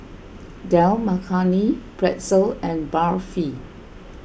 Dal Makhani Pretzel and Barfi